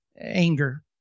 anger